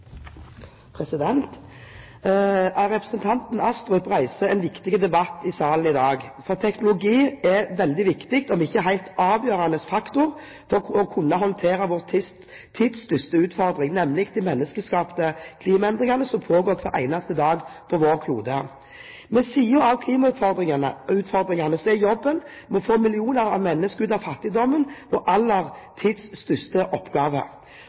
vi gjør. Representanten Astrup reiser en viktig debatt i salen i dag. Teknologi er en veldig viktig, om ikke en helt avgjørende faktor for å kunne håndtere vår tids største utfordring, nemlig de menneskeskapte klimaendringene som pågår hver eneste dag på vår klode. Ved siden av klimautfordringene er jobben med å få millioner av mennesker ut av